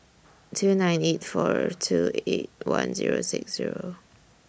two nine eight four two eight one Zero six Zero